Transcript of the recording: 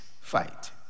fight